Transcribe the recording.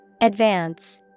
Advance